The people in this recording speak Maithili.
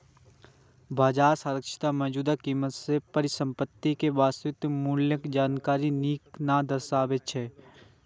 बाजार दक्षता मौजूदा कीमत मे परिसंपत्ति के वास्तविक मूल्यक जानकारी नीक सं दर्शाबै छै